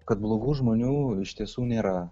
kad blogų žmonių iš tiesų nėra